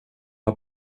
har